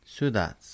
sudats